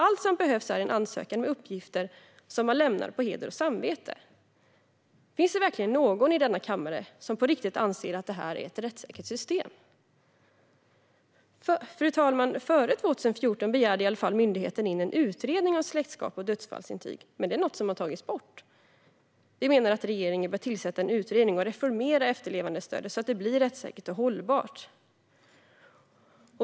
Allt som behövs är en ansökan med uppgifter som man lämnar på heder och samvete. Finns det verkligen någon i denna kammare som på riktigt anser att detta är ett rättssäkert system? Fru talman! Före 2014 begärde i alla fall myndigheten in en utredning om släktskap och dödsfallsintyg, men det är något som har tagits bort. Vi menar att regeringen bör tillsätta en utredning för att reformera efterlevandestödet så att det blir rättssäkert och hållbart.